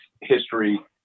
history